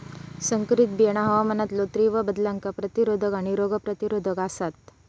संकरित बियाणा हवामानातलो तीव्र बदलांका प्रतिरोधक आणि रोग प्रतिरोधक आसात